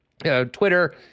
Twitter